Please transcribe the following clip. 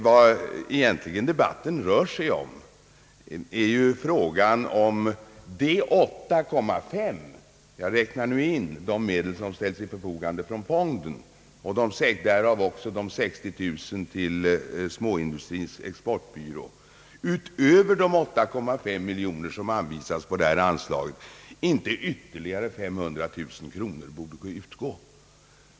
Vad debatten egentligen rör sig om är frågan om ett anslag på 8,5 miljoner — jag räknar nu de medel som ställs till förfogande från fonden och även de 60000 kronorna till Småindustrins exportbyrå utöver de 8,5 miljoner som anvisats på detta anslag — bör utgå eller ytterligare 500 000 kronor.